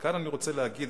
וכאן אני רוצה להגיד,